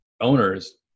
owners